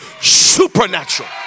supernatural